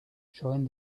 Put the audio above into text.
showing